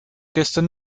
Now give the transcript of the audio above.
gestern